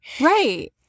Right